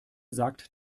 sagt